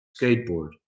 skateboard